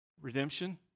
Redemption